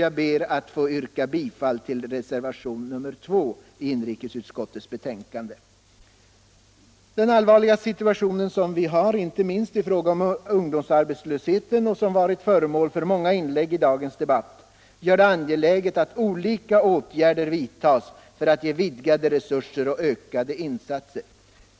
Jag ber att få yrka Den allvarliga situationen som vi har inte minst i fråga om ungdoms Fredagen den arbetslösheten — och som varit föremål för många inlägg i dagens debatt 2 april 1976 - gör det angeläget att olika åtgärder vidtas för att ge vidgade resurser och ökade insatser.